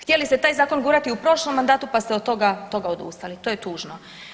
Htjeli ste taj zakon gurati u prošlom mandatu, pa ste od toga, toga odustali, to je tužno.